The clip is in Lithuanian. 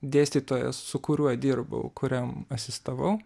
dėstytojas su kuriuo dirbau kuriam asistavau